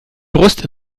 brust